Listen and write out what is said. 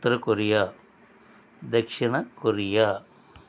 ఉత్తర Korea దక్షిణ Korea